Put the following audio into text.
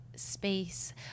space